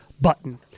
button